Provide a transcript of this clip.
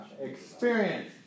Experience